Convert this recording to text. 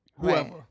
Whoever